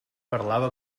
parlava